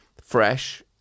fresh